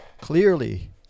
Clearly